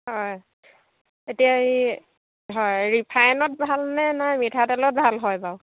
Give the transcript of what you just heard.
হয় এতিয়া এই হয় ৰিফাইনত ভালনে নাই মিঠাতেলত ভাল হয় বাৰু